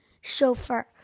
Chauffeur